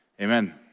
amen